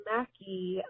Mackie